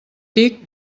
tic